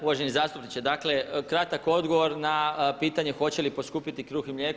Uvaženi zastupniče, dakle kratak odgovor na pitanje hoće li poskupiti kruh i mlijeko.